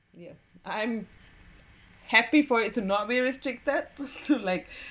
yeah I'm happy for it to not realistic that was too like